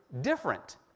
different